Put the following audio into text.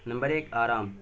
number ایک آرام